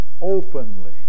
openly